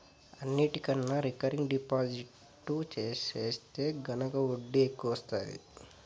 అన్నిటికన్నా recurring deposit సెత్తే గనక ఒడ్డీ ఎక్కవొస్తాది